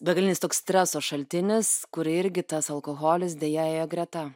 begalinis toks streso šaltinis kur irgi tas alkoholis deja ėjo greta